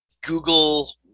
Google